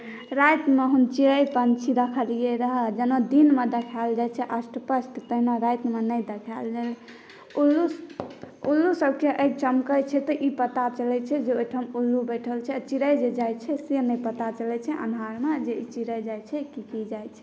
रातिमे हम चिड़ै पंछी देखलियै रहय जेना दिनमे देखल जाइ छै स्पष्ट तहिना रातिमे नहि देखल जाइ छै उल्लू सबके आँखि चमकै छै तऽ ई पता नहि चलै छै जे ओहिठाम उल्लू बैठल छै चिड़ै जे जाइ छै से नहि पता चलै छै अन्हारमे जे ई चिड़ै जाइ छै की जाइ छै